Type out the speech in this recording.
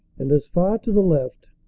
and as far to the left,